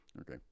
Okay